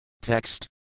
Text